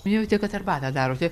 minėjote kad arbatą darote